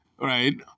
right